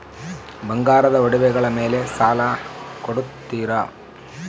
ಬಂಗಾರದ ಒಡವೆಗಳ ಮೇಲೆ ಸಾಲ ಕೊಡುತ್ತೇರಾ?